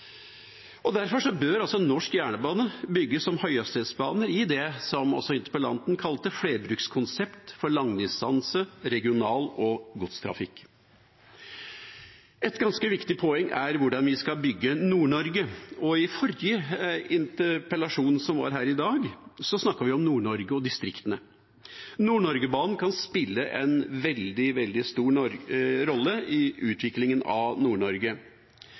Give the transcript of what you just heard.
Derfor bør norsk jernbane bygges som høyhastighetsbane i det som også interpellanten kalte et flerbrukskonsept for langdistanse-, regional- og godstrafikk. Et ganske viktig poeng er hvordan vi skal bygge Nord-Norge, og i forrige interpellasjon snakket vi om Nord-Norge og distriktene. Nord-Norge-banen kan spille en veldig, veldig stor rolle i utviklingen av